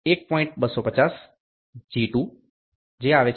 750 1